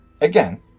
Again